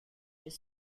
his